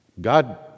God